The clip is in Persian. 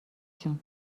جون